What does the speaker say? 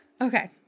Okay